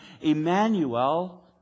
Emmanuel